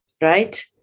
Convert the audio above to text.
right